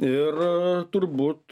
ir turbūt